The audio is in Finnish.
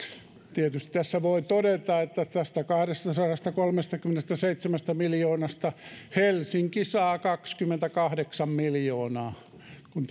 tietysti tässä voi todeta että tästä kahdestasadastakolmestakymmenestäseitsemästä miljoonasta helsinki saa kaksikymmentäkahdeksan miljoonaa kun